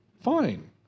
Fine